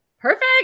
Perfect